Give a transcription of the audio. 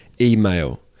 email